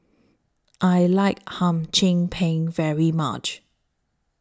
I like Hum Chim Peng very much